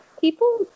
people